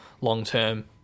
long-term